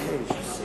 מטעם סיעת מרצ.